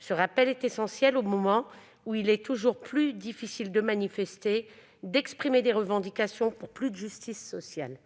Ce rappel est essentiel au moment où il est toujours plus difficile de manifester, d'exprimer des revendications pour plus de justice sociale.